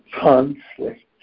conflict